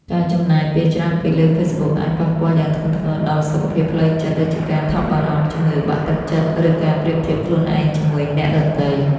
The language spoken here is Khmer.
ការចំណាយពេលច្រើនពេកលើ Facebook អាច ប៉ះពាល់យ៉ាងធ្ងន់ធ្ងរដល់សុខភាពផ្លូវចិត្ត ដូចជាការថប់បារម្ភ ជំងឺបាក់ទឹកចិត្ត ឬការប្រៀបធៀបខ្លួនឯងជាមួយអ្នកដទៃ។